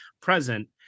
present